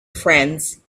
friends